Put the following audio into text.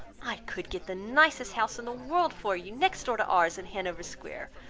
i could get the nicest house in the world for you, next door to ours, in hanover-square.